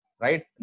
right